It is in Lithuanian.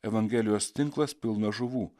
evangelijos tinklas pilnas žuvų